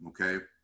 okay